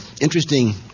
interesting